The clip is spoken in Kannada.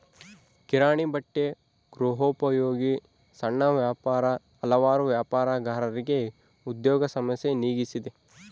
ಕಿರಾಣಿ ಬಟ್ಟೆ ಗೃಹೋಪಯೋಗಿ ಸಣ್ಣ ವ್ಯಾಪಾರ ಹಲವಾರು ವ್ಯಾಪಾರಗಾರರಿಗೆ ಉದ್ಯೋಗ ಸಮಸ್ಯೆ ನೀಗಿಸಿದೆ